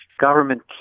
government